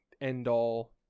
end-all